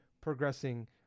progressing